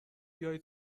بیای